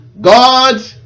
God